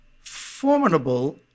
formidable